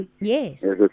Yes